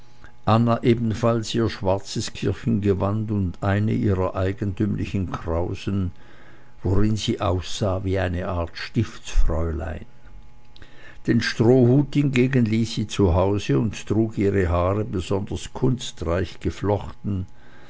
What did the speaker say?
anna ebenfalls ihr schwarzes kirchengewand und eine ihrer eigentümlichen krausen worin sie aussah wie eine art stiftsfräulein den strohhut hingegen ließ sie zu hause und trug ihre haare besonders kunstreich geflochten